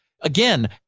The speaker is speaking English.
again